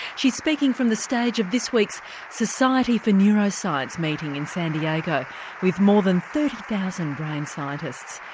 she's speaking from the stage of this week's society for neuroscience meeting in san diego with more than thirty thousand brain scientists.